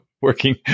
working